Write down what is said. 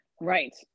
Right